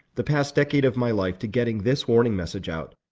the past decade of my life to getting this warning message out.